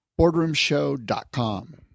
Boardroomshow.com